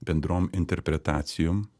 bendrom interpretacijom